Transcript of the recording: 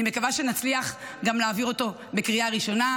אני מקווה שנצליח להעביר אותו גם בקריאה ראשונה,